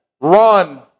run